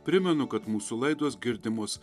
primenu kad mūsų laidos girdimos